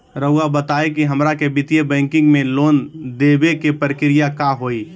रहुआ बताएं कि हमरा के वित्तीय बैंकिंग में लोन दे बे के प्रक्रिया का होई?